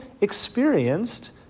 experienced